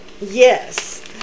Yes